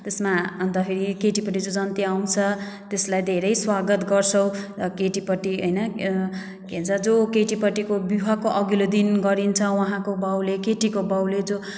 त्यसमा अन्तखेरि केटीपट्टि जो जन्ती आउँछ त्यसलाई धेरै स्वागत गर्छौँ केटीपट्टि होइन के भन्छ जो केटीपट्टिको विवाहको अघिल्लो दिन गरिन्छ उहाँको बाबुले केटीको बाबुले जो